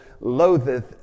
loatheth